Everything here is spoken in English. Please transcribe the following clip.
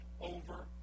over